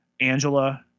angela